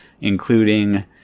including